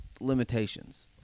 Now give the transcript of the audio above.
limitations